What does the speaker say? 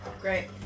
Great